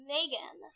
Megan